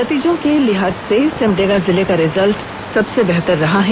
नतीजों के लिहाज से सिमडेगा जिले का रिजल्ट सबसे बेहतर रहा है